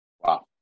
Wow